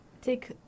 take